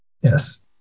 Yes